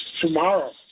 Tomorrow